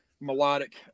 Melodic